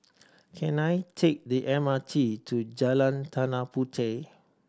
can I take the M R T to Jalan Tanah Puteh